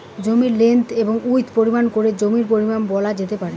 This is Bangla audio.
জমির লেন্থ এবং উইড্থ পরিমাপ করে জমির পরিমান বলা যেতে পারে